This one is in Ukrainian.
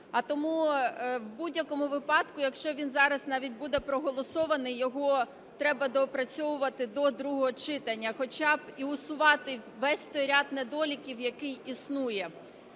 А тому в будь-якому випадку, якщо він зараз навіть буде проголосований, його треба доопрацьовувати до другого читання і усувати весь той ряд недоліків, який існує.